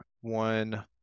one